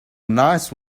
nice